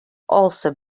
also